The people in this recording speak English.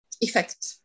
effect